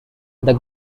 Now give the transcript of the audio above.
the